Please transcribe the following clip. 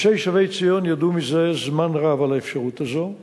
אנשי שבי-ציון ידעו זה זמן רב על האפשרות הזאת.